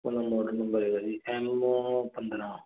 model number M ਪੰਦਰਾ